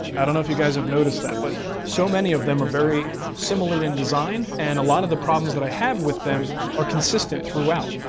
i don't know if you guys have noticed that, but so many of them are very similar in design and a lot of the problems i have with them are consistent throughout,